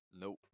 Nope